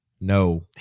No